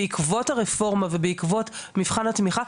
בעקבות הרפורמה ובעקבות מבחן התמיכה,